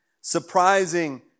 surprising